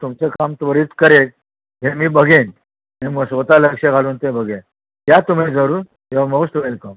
तुमचं काम त्वरित करेन हे मी बघेन मी स्वतः लक्ष घालून ते बघेन या तुम्ही जरूर यू आर मोस्ट वेलकम